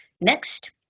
Next